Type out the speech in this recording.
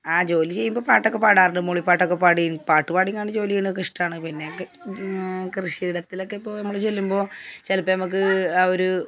ആ ജോലി ചെയ്യുമ്പോള് പാട്ടൊക്കെ പാടാറുണ്ട് മൂളിപ്പാട്ടൊക്കെ പാടി പാട്ട് പാടീംകണ്ട് ജോലി ചെയ്യണതൊക്കെ ഇഷ്ടമാണ് പിന്നെ കൃഷിയിടത്തിലൊക്കെ ഇപ്പോള് നമ്മള് ചെല്ലുമ്പോള് ചിലപ്പോള് നമുക്ക് ആ ഒരു